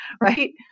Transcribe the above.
right